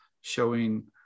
showing